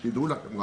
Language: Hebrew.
דעו לכם.